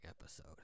episode